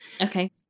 Okay